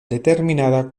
determinada